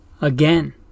Again